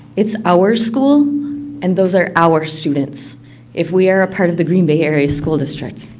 it's our school and those are our students if we are a part of the green bay area school district.